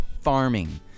farming